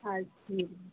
हाँ ठीक